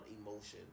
emotions